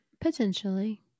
Potentially